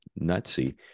nutsy